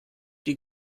die